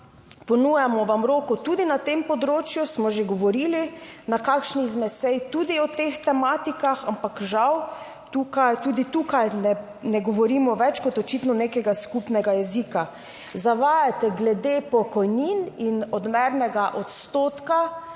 Ponujamo vam roko tudi na tem področju, smo že govorili na kakšni izmed sej tudi o teh tematikah, ampak žal tukaj tudi tukaj ne govorimo več kot očitno nekega skupnega jezika. Zavajate glede pokojnin in odmernega odstotka.